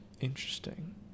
Interesting